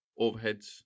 overheads